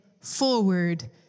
forward